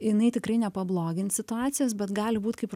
jinai tikrai nepablogins situacijos bet gali būt kaip